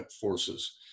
forces